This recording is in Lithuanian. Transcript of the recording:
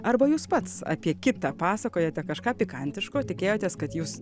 arba jūs pats apie kitą pasakojate kažką pikantiško tikėjotės kad jus